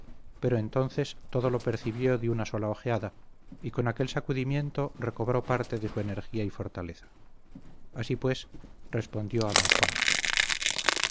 pero entonces todo lo percibió de una sola ojeada y con aquel sacudimiento recobró parte de su energía y fortaleza así pues respondió a don juan